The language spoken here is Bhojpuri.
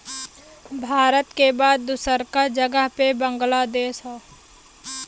भारत के बाद दूसरका जगह पे बांग्लादेश हौ